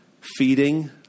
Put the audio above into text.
feeding